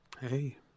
Hey